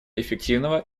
эффективного